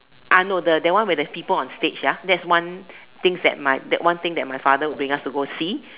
uh no the that one where there's people on stage that's one things that's one thing that my father will bring us to go see